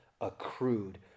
accrued